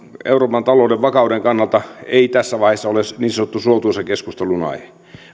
euroopan talouden vakauden kannalta ei tässä vaiheessa ole niin sanottu suotuisa keskustelunaihe